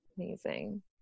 amazing